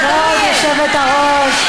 כבוד היושבת-ראש,